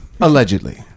Allegedly